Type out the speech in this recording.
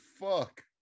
fuck